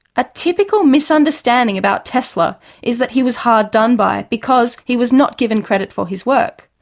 a typical misunderstanding about tesla is that he was hard done by because he was not given credit for his work.